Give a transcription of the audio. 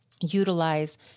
utilize